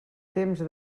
temps